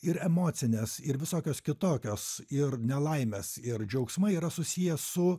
ir emocinės ir visokios kitokios ir nelaimės ir džiaugsmai yra susiję su